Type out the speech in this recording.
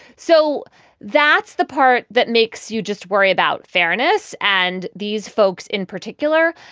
so that's the part that makes you just worry about fairness. and these folks in particular.